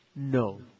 No